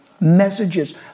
messages